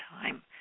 time